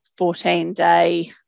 14-day